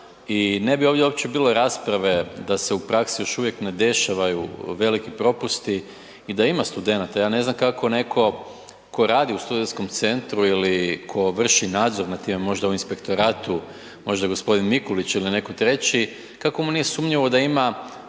I ne bi ovdje uopće bilo rasprave da se u praksi još uvijek ne dešavaju veliki propusti i da ima studenata, ja ne znam kako neko ko radi u studentskom centru i tko vrši nadzor nad tim, možda u Inspektoratu, možda gospodin Mikulić ili neko treći, kako mu nije sumnjivo da ima